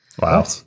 Wow